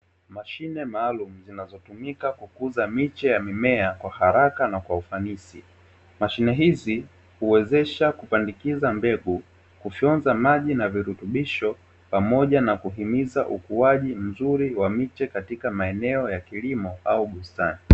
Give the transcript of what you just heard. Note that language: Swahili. Mashine maalumu zinazotumika kukuza miche ya mimea kwa haraka na kwa ufanisi. Mashine hizi huwezesha kupandikiza mbegu, kufyonza maji na virutubisho pamoja na kuhimiza ukuaji mzuri wa miche katika maeneo ya kilimo au bustani.